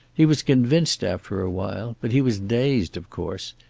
he was convinced after a while, but he was dazed, of course.